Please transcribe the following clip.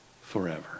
forever